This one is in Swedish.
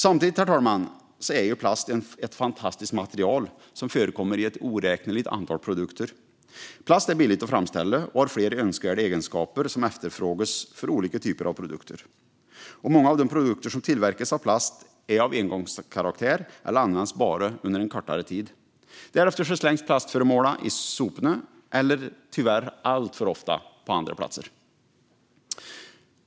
Samtidigt, herr talman, är plast ett fantastiskt material som förekommer i ett oräkneligt antal produkter. Plast är billigt att framställa och har flera önskvärda egenskaper som efterfrågas för olika typer av produkter. Många av de produkter som tillverkas av plast är av engångskaraktär eller används bara under en kortare tid. Därefter slängs plastföremålen i soporna eller, tyvärr alltför ofta, på andra platser.